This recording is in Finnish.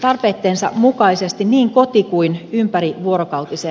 tarpeittensa mukaisesti niin koti kuin ympärivuorokautiseen laitoshoitoonkin